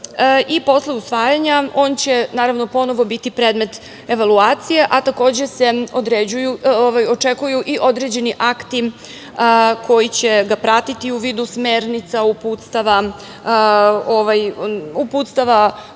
Posle usvajanja on će, naravno, ponovo biti predmet evaluacije. Takođe se očekuju i određeni akti koji će ga pratiti, u vidu smernica, uputstava za